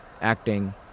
acting